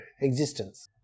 existence